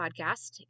podcast